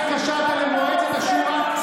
אתה התקשרת למועצת השורא?